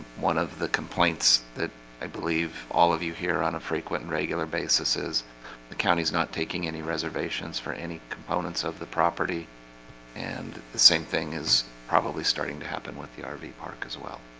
one of the complaints that i believe all of you hear on a frequent and regular basis is the county's not taking any reservations for any components of the property and the same thing is probably starting to happen with the ah rv park as well